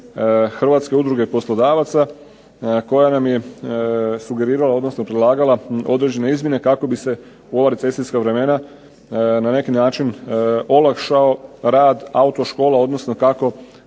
Hrvatske udruge poslodavaca, koja nam je sugerirala, odnosno predlagala određene izmjene kako bi se u ova recesijska vremena na neki način olakšao rad autoškola, odnosno kako